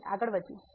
તેથી અહીં આગળ વધીએ